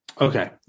Okay